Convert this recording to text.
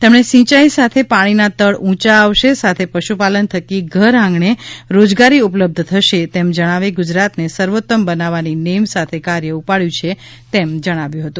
તેમણે સિંચાઈ સાથે પાણીના તળ પણ ઊંચા આવશે સાથે પશુપાલન થકી ઘરઆંગણે રોજગારી ઉપલબ્ધ થશે તેમ જણાવી ગુજરાતને સર્વોત્તમ બનાવવાની નેમ સાથે કાર્ય ઉપાડ્યુ છે તેમ જણાવ્યુ હતુ